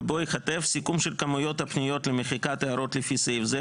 ובוא ייכתב "סיכום של כמויות הפניות למחיקת הערות לפי סעיף זה,